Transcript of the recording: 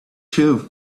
too